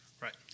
Right